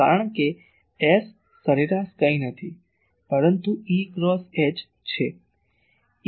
કારણ કે S સરેરાશ કંઈ નથી પરંતુ E ક્રોસ H છે